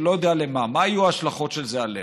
ואני לא יודע למה, מה יהיו ההשלכות של זה עלינו?